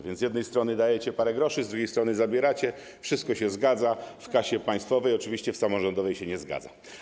Więc z jednej strony dajecie parę groszy, z drugiej strony zabieracie; wszystko się zgadza w kasie państwowej, oczywiście w samorządowej się nie zgadza.